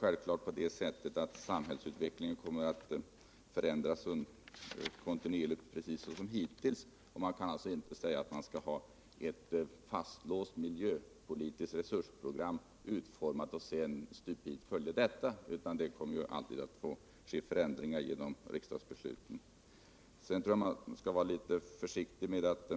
Självfallet kommer samhället att utvecklas kontinuerligt även i fortsättningen, och vi kan därför inte ha ett miljöpolitiskt - Nr 154 resursprogram som är så utformat och fastlagt att det kan följas exakt. Det Fredagen den kommer alltid att ändras genom beslut av riksdagen. 26 maj 1978 Vidare tycker jag man skall vara litet försiktig med att